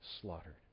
slaughtered